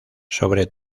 sobre